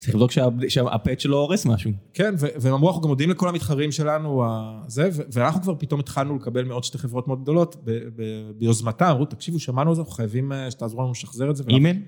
צריך לבדוק שהפייט שלו הורס משהו. כן, ומאמור, אנחנו גם מודיעים לכל המתחרים שלנו וזה, ואנחנו כבר פתאום התחלנו לקבל מעוד שתי חברות מאוד גדולות, ביוזמתם, רות, תקשיבו, שמענו את זה, אנחנו חייבים שתעזרו לנו לשחזר את זה, ואנחנו...